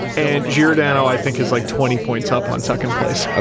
and giordano i think is like twenty points up on second place, ah